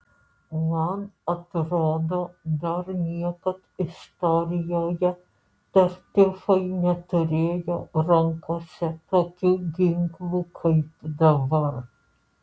man atrodo dar niekad istorijoje tartiufai neturėjo rankose tokių ginklų kaip dabar